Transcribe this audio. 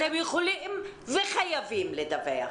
אתם יכולים וחייבים לדווח.